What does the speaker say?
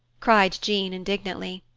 cried jean indignantly.